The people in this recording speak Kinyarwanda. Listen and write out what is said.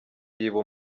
yiba